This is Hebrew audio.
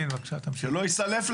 שלפחות לא יסלף.